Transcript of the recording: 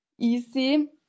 easy